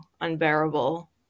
unbearable